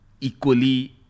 equally